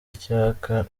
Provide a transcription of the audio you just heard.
icyaka